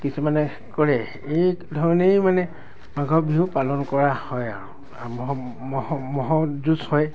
কিছুমানে কৰে এই ধৰণেই মানে মাঘৰ বিহু পালন কৰা হয় আৰু ম'হ ম'হ ম'হৰ যুঁজ হয়